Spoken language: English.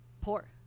poor